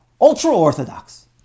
ultra-Orthodox